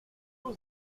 mort